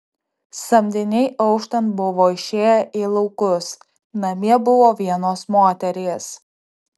samdiniai auštant buvo išėję į laukus namie buvo vienos moterys